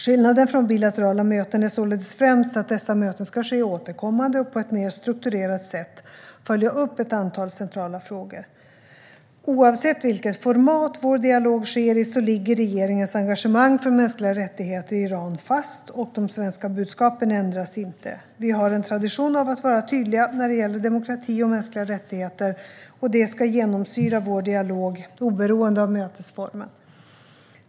Skillnaden jämfört med bilaterala möten är således främst att dessa möten ska ske återkommande och på ett mer strukturerat sätt följa upp ett antal centrala frågor. Oavsett vilket format vår dialog sker i ligger regeringens engagemang för mänskliga rättigheter i Iran fast, och de svenska budskapen ändras inte. Vi har en tradition av att vara tydliga när det gäller demokrati och mänskliga rättigheter. Detta ska genomsyra vår dialog, oberoende av mötesformen.